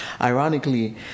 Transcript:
ironically